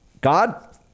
God